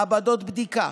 מעבדות בדיקה,